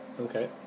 Okay